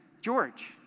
George